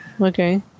Okay